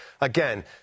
Again